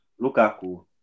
Lukaku